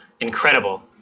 Incredible